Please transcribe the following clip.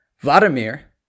Vladimir